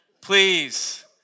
please